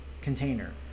container